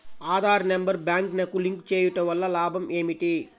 Aadhaar number బ్యాంక్నకు link చేయుటవల్ల లాభం ఏమిటి?